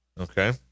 Okay